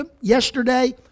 yesterday